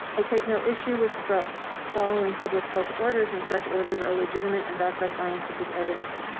i take no issue with following public health orders when such orders are legitimate and backed by scientific evidence.